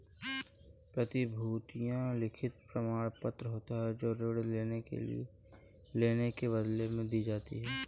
प्रतिभूतियां लिखित प्रमाणपत्र होती हैं जो ऋण लेने के बदले दी जाती है